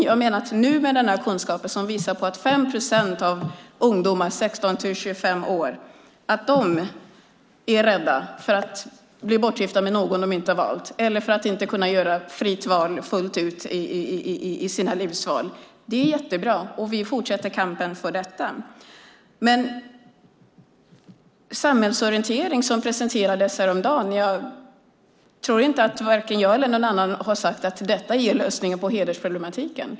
Vi har nu kunskap om att 5 procent av alla ungdomar mellan 16 och 25 år är rädda för att bli bortgifta med någon som de inte har valt eller för att inte kunna göra fria livsval fullt ut. Det är jättebra. Och vi fortsätter kampen för dem. Jag tror inte att varken jag eller någon annan har sagt att samhällsorientering, som presenterades häromdagen, är lösningen på hedersproblematiken.